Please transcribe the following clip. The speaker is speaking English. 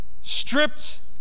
stripped